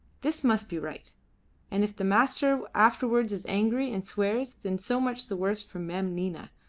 this must be right and if the master afterwards is angry and swears, then so much the worse for mem nina.